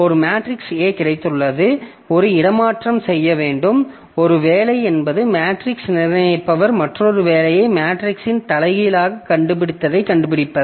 ஒரு matrix A கிடைத்துள்ளது ஒரு இடமாற்றம் செய்ய வேண்டும் ஒரு வேலை என்பது மேட்ரிக்ஸை நிர்ணயிப்பவர் மற்றொரு வேலையை மேட்ரிக்ஸின் தலைகீழாகக் கண்டுபிடிப்பதைக் கண்டுபிடிப்பது